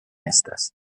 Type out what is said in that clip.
éstas